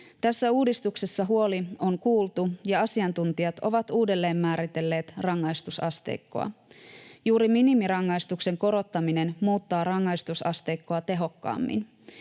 Tässä uudistuksessa huoli on kuultu ja asiantuntijat ovat uudelleen määritelleet rangaistusasteikkoa. Juuri minimirangaistuksen korottaminen muuttaa rangaistusasteikkoa tehokkaammin.